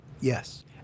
Yes